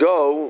go